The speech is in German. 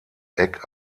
eck